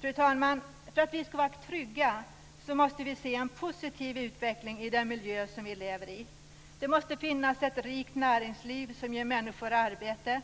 Fru talman! För att vi ska vara trygga måste vi se en positiv utveckling i den miljö som vi lever i. Det måste finnas ett rikt näringsliv som ger människor arbete.